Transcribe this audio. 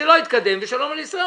שלא יתקדם ושלום על ישראל.